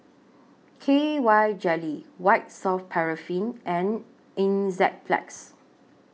K Y Jelly White Soft Paraffin and Enzyplex